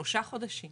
כשלושה חודשים